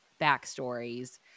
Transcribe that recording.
backstories